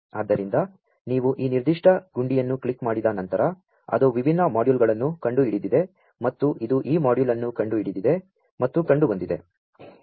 ಆದ್ದರಿಂ ದ ನೀ ವು ಈ ನಿರ್ದಿ ಷ್ಟ ಗುಂ ಡಿಯನ್ನು ಕ್ಲಿಕ್ ಮಾ ಡಿದ ನಂ ತರ ಅದು ವಿಭಿನ್ನ ಮಾ ಡ್ಯೂ ಲ್ಗಳನ್ನು ಕಂ ಡು ಹಿಡಿದಿದೆ ಮತ್ತು ಇದು ಈ ಮಾ ಡ್ಯೂ ಲ್ ಅನ್ನು ಕಂ ಡು ಹಿಡಿದಿದೆ ಮತ್ತು ಕಂ ಡು ಬಂ ದಿದೆ